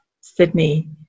Sydney